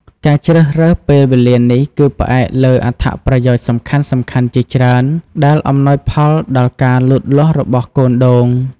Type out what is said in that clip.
ការជ្រើសរើសពេលវេលានេះ គឺផ្អែកលើអត្ថប្រយោជន៍សំខាន់ៗជាច្រើនដែលអំណោយផលដល់ការលូតលាស់របស់កូនដូង។